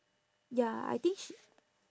ya I think she